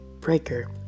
Breaker